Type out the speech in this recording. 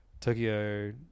Tokyo